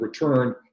return